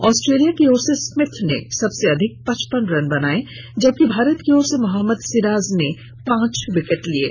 Australia की ओर से स्मिथ ने सबसे अधिक पचपन रन बनाए जबकि भारत की ओर से मोहम्मद सिराज ने पांच विकेट लिये